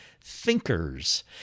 thinkers